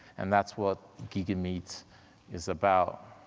and that's what gigameet is about.